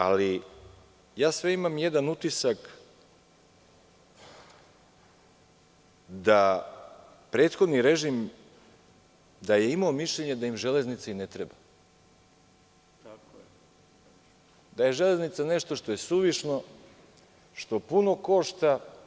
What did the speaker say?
Ali, imam jedan utisak da je prethodni režim imao mišljenje da im železnica i ne treba, da je železnica nešto što je suvišno, što puno košta.